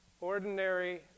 ordinary